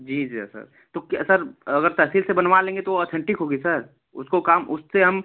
जी जय सर तो क्या सर अगर तहसील से बनवा लेंगे तो वो ऑथेंटिक होगी सर उसको काम उससे हम